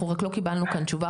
אנחנו רק לא קיבלנו כאן תשובה,